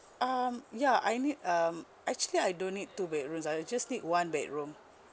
um yeah I need um actually I don't need two bedrooms I just need one bedroom